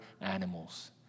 animals